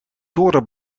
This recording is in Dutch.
dorre